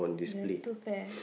you have two pair